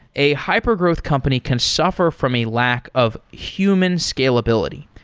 a hypergrowth company can suffer from a lack of human scalability.